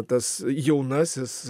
tas jaunasis